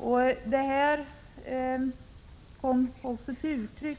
Detta kom också till uttryck